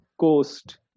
coast